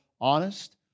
honest